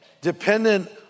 dependent